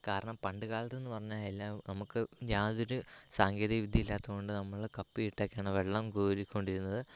കാരണം പണ്ടുകാലത്തെന്ന് പറഞ്ഞാൽ എല്ലാം നമുക്ക് യാതൊരു സാങ്കേതിക വിദ്യയും ഇല്ലാത്തത് കൊണ്ട് നമ്മൾ കപ്പിയിട്ടൊക്കെയാണ് അന്ന് വെള്ളം കോരിക്കൊണ്ടിരുന്നത്